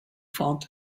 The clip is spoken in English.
thought